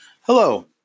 Hello